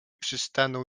przystanął